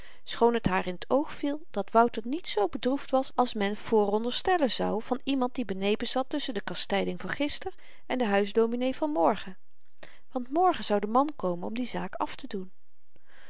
schoon t haar in t oog viel dat wouter niet zoo bedroefd was als men vooronderstellen zou van iemand die benepen zat tusschen de kastyding van gister en den huisdominee van morgen want morgen zou de man komen om die zaak aftedoen